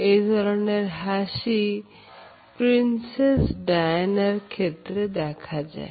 এ ধরনের হাসি princess Diana ক্ষেত্রে দেখা যায়